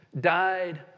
died